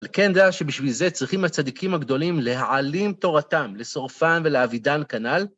על כן דע שבשביל זה צריכים הצדיקים הגדולים להעלים תורתם לשורפן ולהאבידן כנ"ל.